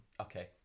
Okay